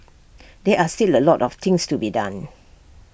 there are still A lot of things to be done